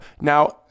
Now